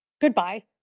goodbye